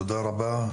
תודה רבה.